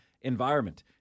environment